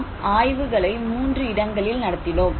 நாம் ஆய்வுகளை 3 இடங்களில் நடத்தினோம்